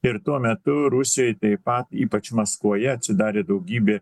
ir tuo metu rusijoj taip pat ypač maskvoje atsidarė daugybė